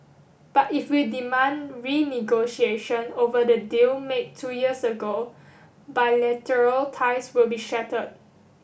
but if we demand renegotiation over the deal made two years ago bilateral ties will be shattered